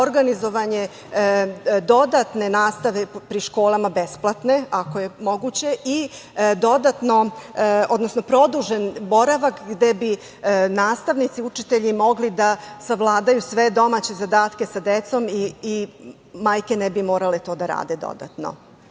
organizovanje dodatne nastave pri školama, besplatne ako je moguće i produžen boravak gde bi nastavnici, učitelji mogli da savladaju sve domaće zadatke sa decom i majke ne bi morale to da rade dodatno.